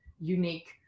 unique